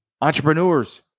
Entrepreneurs